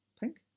pink